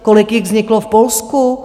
Kolik jich vzniklo v Polsku?